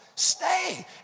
stay